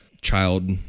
child